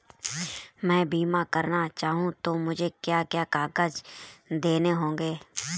मैं बीमा करना चाहूं तो मुझे क्या क्या कागज़ देने होंगे?